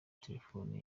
telefoni